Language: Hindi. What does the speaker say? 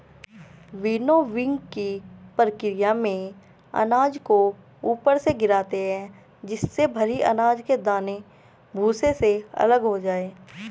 विनोविंगकी प्रकिया में अनाज को ऊपर से गिराते है जिससे भरी अनाज के दाने भूसे से अलग हो जाए